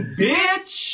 bitch